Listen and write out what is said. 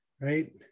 right